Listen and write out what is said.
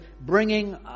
bringing